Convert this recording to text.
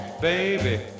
baby